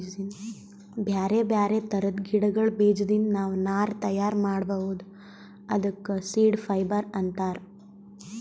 ಬ್ಯಾರೆ ಬ್ಯಾರೆ ಥರದ್ ಗಿಡಗಳ್ ಬೀಜದಿಂದ್ ನಾವ್ ನಾರ್ ತಯಾರ್ ಮಾಡ್ಬಹುದ್ ಅದಕ್ಕ ಸೀಡ್ ಫೈಬರ್ ಅಂತಾರ್